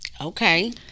Okay